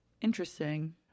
interesting